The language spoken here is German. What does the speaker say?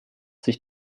sich